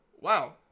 wow